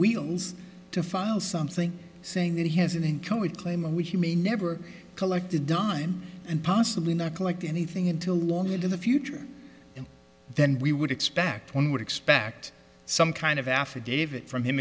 wheels to file something saying that he has an income we claim we may never collected dime and possibly not collect anything until long into the future then we would expect one would expect some kind of affidavit from him